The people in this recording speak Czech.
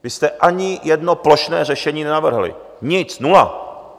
Vy jste ani jedno plošné řešení nenavrhli, nic, nula.